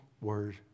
word